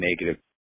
negative